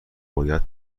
باید